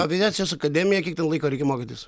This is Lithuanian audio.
aviacijos akademija kiek ten laiko reikia mokytis